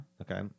Okay